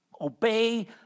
obey